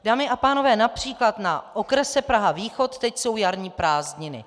Dámy a pánové, například na okrese Prahavýchod jsou teď jarní prázdniny.